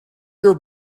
your